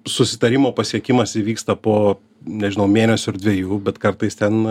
susitarimo pasiekimas įvyksta po nežinau mėnesių ar dvejų bet kartais ten